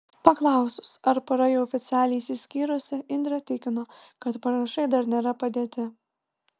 paklausus ar pora jau oficialiai išsiskyrusi indrė tikino kad parašai dar nėra padėti